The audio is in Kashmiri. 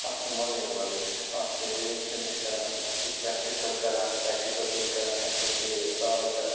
تَتھ چھُ مَزَے مَزٕ اتھ چھِ رِیکشن أسۍ کَران اتھ چھِ أسۍ پرٛٮ۪کٹِکٕل کَران پرٛٮ۪کٹِکٕل چھِ أسۍ کَران اٮ۪سٕڈ بیس سالٹ